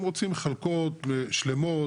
הם רוצים לחלקות שלמות,